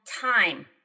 time